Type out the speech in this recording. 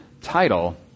title